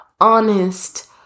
honest